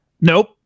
Nope